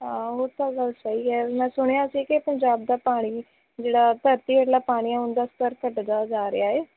ਹਾਂ ਉਹ ਤਾਂ ਗੱਲ ਸਹੀ ਹੈ ਮੈਂ ਸੁਣਿਆ ਸੀ ਕਿ ਪੰਜਾਬ ਦਾ ਪਾਣੀ ਜਿਹੜਾ ਧਰਤੀ ਹੇਠਲਾ ਪਾਣੀ ਹੈ ਉਹਦਾ ਸਤਰ ਘੱਟਦਾ ਜਾ ਰਿਹਾ ਹੈ